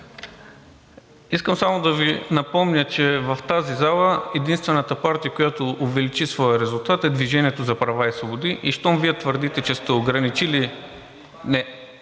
искам само да Ви напомня, че в тази зала единствената партия, която увеличи своя резултат, е „Движение за права и свободи“. Щом Вие твърдите, че сте ограничили…